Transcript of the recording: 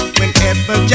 whenever